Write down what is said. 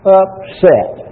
upset